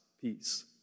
peace